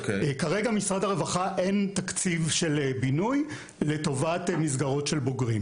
כרגע במשרד הרווחה אין תקציב של בינוי לטובת מסגרות של בוגרים,